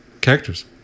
characters